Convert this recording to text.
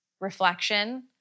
reflection